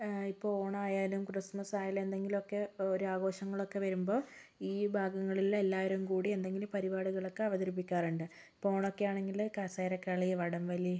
ഇപ്പോൾ ഓണം ആയാലും ക്രിസ്മസ് ആയാലും എന്തെങ്കിലുമൊക്കെ ഒരു ആഘോഷങ്ങളൊക്കെ വരുമ്പം ഈ ഭാഗങ്ങളിൽ എല്ലാവരും കൂടി എന്തെങ്കിലും പരിപാടികളൊക്കെ അവതരിപ്പിക്കാറുണ്ട് ഇപ്പോൾ ഓണമൊക്കെ ആണെങ്കിൽ കസേര കളി വടംവലി